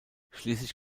schließlich